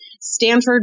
Stanford